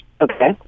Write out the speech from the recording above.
okay